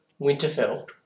Winterfell